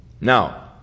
Now